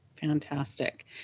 Fantastic